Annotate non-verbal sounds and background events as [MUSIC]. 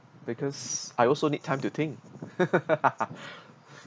because I also need time to think [LAUGHS]